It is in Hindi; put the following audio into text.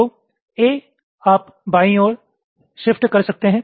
तो A आप बाईं ओर शिफ्ट कर सकते हैं